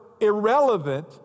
irrelevant